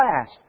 last